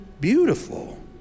beautiful